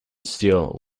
steele